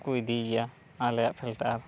ᱠᱚ ᱤᱫᱤᱭ ᱜᱮᱭᱟ ᱟᱞᱮᱭᱟᱜ ᱯᱷᱤᱞᱴᱟᱨ